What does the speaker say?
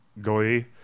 Glee